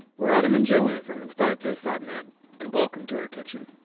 we're adam and joanne from inspiredtaste dot and net and welcome to our kitchen!